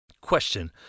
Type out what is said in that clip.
Question